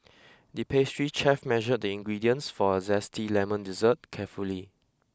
the pastry chef measured the ingredients for a zesty lemon dessert carefully